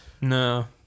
No